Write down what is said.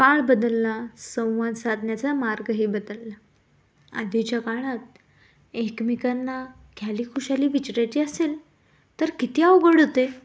काळ बदलला संवाद साधण्याचा मार्गही बदलला आधीच्या काळात एकमेकांना ख्यालीखुशाली विचारायची असेल तर किती अवघड होते